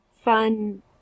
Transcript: fun